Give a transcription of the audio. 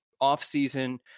off-season